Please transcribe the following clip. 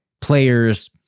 players